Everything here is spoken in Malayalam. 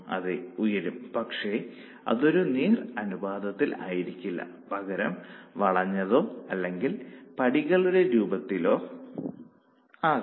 അതെ ഉയരും പക്ഷേ അതൊരു നേർ അനുപാതത്തിൽ ആയിരിക്കില്ല പകരം വളഞ്ഞതോ അല്ലെങ്കിൽ പടികളുടെ രൂപത്തിലോ ആകാം